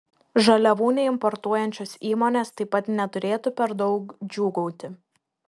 žaliavų neimportuojančios įmonės taip pat neturėtų per daug džiūgauti